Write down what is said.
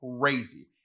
crazy